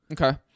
Okay